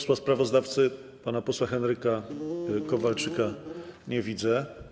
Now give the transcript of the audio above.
Sprawozdawcy pana posła Henryka Kowalczyka nie widzę.